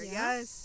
yes